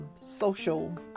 social